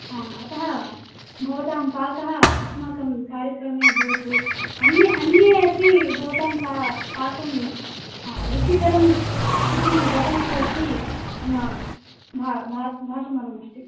हा अतः भवतां पाकः अस्माकं कार्यक्रमे भवतु अन्य अन्ये अपि भवतां पा पाकं रुचिकरम् इति वदन्तु इति मम भा भा भासमानमस्ति